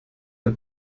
der